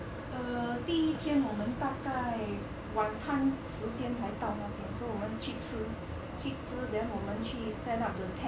err 第一天我们大概晚餐时间才到那边 so 我们去吃去吃 then 我们去 set up the tent